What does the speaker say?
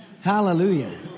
Hallelujah